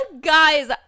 Guys